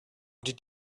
did